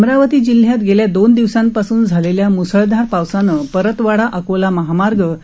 अमरावती जिल्ह्यात गेल्या दोन दिवसांपासून झालेल्या म्सळधार पावसाने परतवाडा अकोला महामार्ग बंद झाला आहे